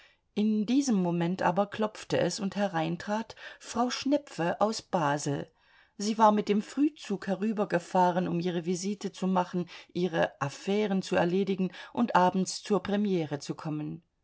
in diesem moment aber klopfte es und herein trat frau schnepfe aus basel sie war mit dem frühzug herübergefahren um ihre visite zu machen ihre affären zu erledigen und abends zur premiere zu kommen